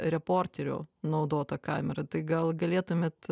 reporterio naudota kamera tai gal galėtumėt